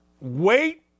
Wait